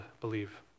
believe